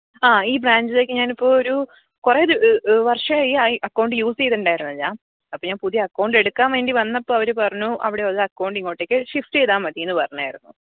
ആ ഈ ബ്രാഞ്ചിലേക്ക് ഞാനിപ്പോൾ ഒരു കുറേ വര്ഷമായി അക്കൗണ്ട് യൂസ് ചെയ്തിട്ടുണ്ടായിരുന്നില്ല അപ്പോൾ ഞാൻ പുതിയ അക്കൗണ്ട് എടുക്കാൻ വേണ്ടി വന്നപ്പോൾ അവർ പറഞ്ഞു അവിടെയുള്ള അക്കൗണ്ട് ഇങ്ങോട്ടേക്ക് ഷിഫ്റ്റ് ചെയ്താൽ മതി എന്ന് പറഞ്ഞായിരുന്നു